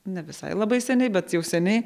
ne visai labai seniai bet jau seniai